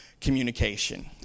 communication